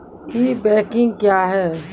ई banking क्या हैं?